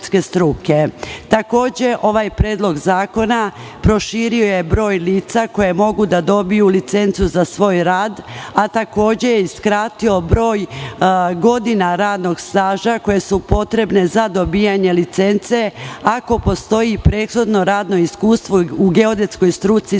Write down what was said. struke. Ovaj predlog zakona proširio je i broj lica koja mogu da dobiju licencu za svoj rad, a takođe je i skratio broj godina radnog staža potrebnih za dobijanje licence ako postoji prethodno radno iskustvo u geodetskoj struci sa